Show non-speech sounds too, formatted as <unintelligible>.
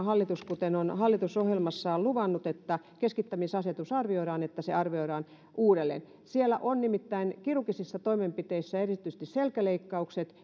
<unintelligible> hallitus kuten on hallitusohjelmassaan luvannut että keskittämisasetus arvioidaan arvioi sen uudelleen nimittäin kirurgisissa toimenpiteissä erityisesti selkäleikkaukset <unintelligible>